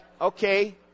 okay